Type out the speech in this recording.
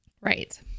Right